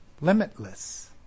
Limitless